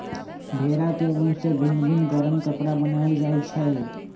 भेड़ा के उन से भिन भिन् गरम कपरा बनाएल जाइ छै